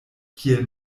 kiel